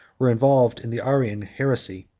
were involved in the arian heresy.